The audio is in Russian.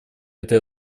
этой